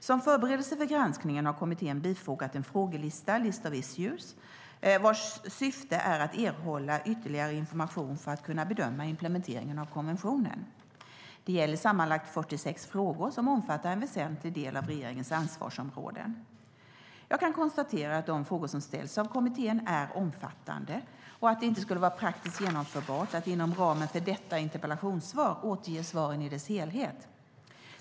Som förberedelse för granskningen har kommittén bifogat en frågelista, list of issues, vars syfte är att erhålla ytterligare information för att kunna bedöma implementeringen av konventionen. Det gäller sammanlagt 46 frågor som omfattar en väsentlig del av regeringens ansvarsområden. Jag kan konstatera att de frågor som ställs av kommittén är omfattande och att det inte skulle vara praktiskt genomförbart att inom ramen för detta interpellationssvar återge svaren i deras helhet.